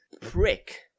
Prick